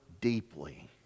deeply